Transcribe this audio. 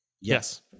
Yes